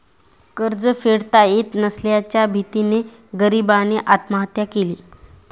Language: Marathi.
कर्ज फेडता येत नसल्याच्या भीतीने गरीबाने आत्महत्या केली